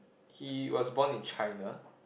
he was born in China